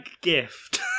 gift